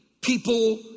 people